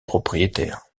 propriétaire